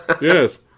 Yes